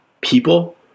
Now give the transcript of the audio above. people